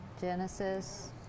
Genesis